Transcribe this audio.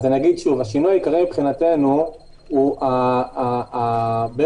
שוב: השינוי העיקרי מבחינתנו הוא בעצם